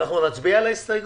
נצביע על ההסתייגות?